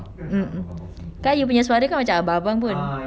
mm kan you punya suara kan macam abang-abang pun